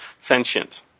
sentient